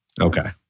Okay